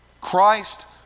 Christ